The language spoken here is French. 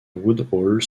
woodhall